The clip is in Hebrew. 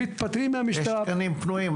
יש תקנים פנויים.